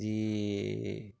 যি